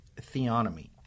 Theonomy